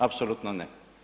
Apsolutno ne.